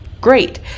great